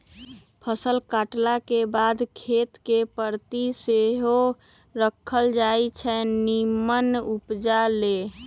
फसल काटलाके बाद खेत कें परति सेहो राखल जाई छै निम्मन उपजा लेल